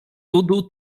ludu